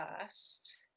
first